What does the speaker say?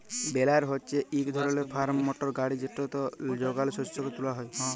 বেলার হছে ইক ধরলের ফার্ম মটর গাড়ি যেটতে যগাল শস্যকে তুলা হ্যয়